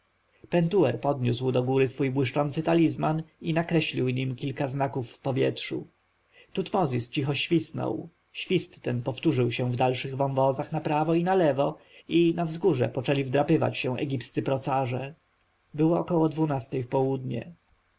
pentuer podniósł do góry swój błyszczący talizman i nakreślił nim kilka znaków w powietrzu tutmozis cicho świsnął świst ten powtórzył się w dalszych wąwozach na prawo i na lewo i na wzgórza poczęli wdrapywać się egipscy procarze było około dwunastej w południe